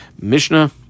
Mishnah